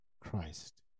Christ